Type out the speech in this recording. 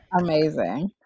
amazing